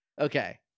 okay